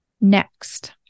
Next